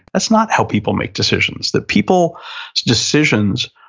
that's not how people make decisions. that people decisions,